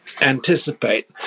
anticipate